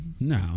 No